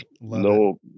No